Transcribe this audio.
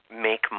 make